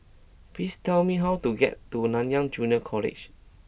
please tell me how to get to Nanyang Junior College